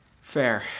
fair